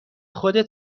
خودت